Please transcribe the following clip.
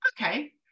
okay